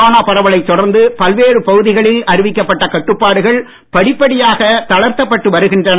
corona பரவலைத் தொடர்ந்து பல்வேறு பகுதிகளில் அறிவிக்கப்பட்ட கட்டுப்பாடுகள் படிப்படியாக தளர்த்தப் பட்டு வருகின்றன